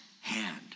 hand